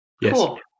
Yes